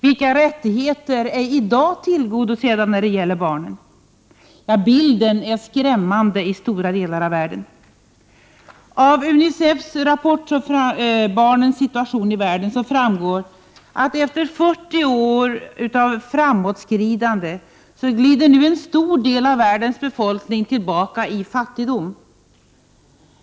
Vilka rättigheter har barnen verkligen i dag? Bilden är skrämmande i stora delar av världen. Av UNICEF:s rapport ”Barnens situation i världen” framgår att en stor del av världens befolkning efter 40 år av framåtskridande nu glider tillbaka i fattigdom.